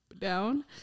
down